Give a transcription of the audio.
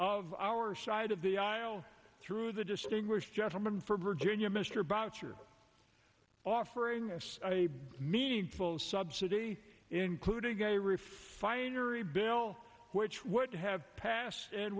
of our side of the aisle through the distinguished gentleman from virginia mr boucher offering us a meaningful subsidy including a refinery bill which would have passed and